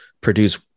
produce